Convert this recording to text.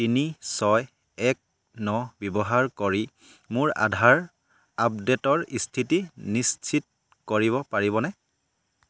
তিনি ছয় এক ন ব্যৱহাৰ কৰি মোৰ আধাৰ আপডে'টৰ স্থিতি নিশ্চিত কৰিব পাৰিবনে